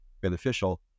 beneficial